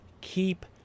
keep